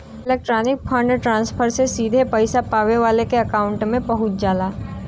electronic fund transfer से सीधे पइसा पावे वाले के अकांउट में पहुंच जाला